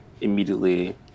immediately